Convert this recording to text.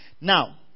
Now